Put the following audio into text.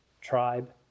tribe